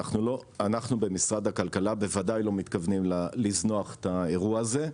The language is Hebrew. אנחנו במשרד הכלכלה בוודאי לא מתכוונים לזנוח את האירוע הזה,